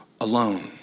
alone